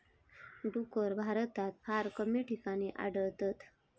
डुक्कर भारतात फार कमी ठिकाणी आढळतत